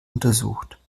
untersucht